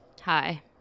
Hi